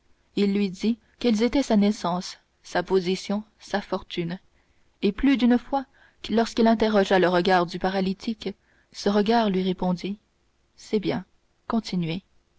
il lui dit quelles étaient sa naissance sa position sa fortune et plus d'une fois lorsqu'il interrogea le regard du paralytique ce regard lui répondit c'est bien continuez